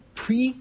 pre